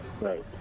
right